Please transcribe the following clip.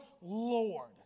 Lord